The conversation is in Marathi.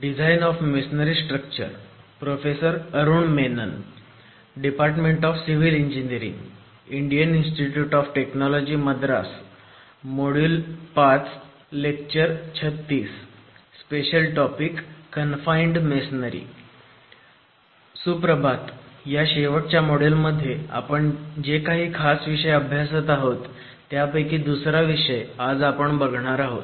special topics confined masonry good morning ह्या शेवटच्या मोड्यूल मध्ये आपण जे काही खास विषय अभ्यासत आहोत त्यापैकी दूसरा विषय आज आपण बघणार आहोत